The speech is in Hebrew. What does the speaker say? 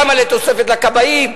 כמה לתוספת לכבאים,